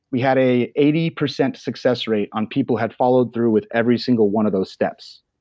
we had a eighty percent success rate on people had followed through with every single one of those steps.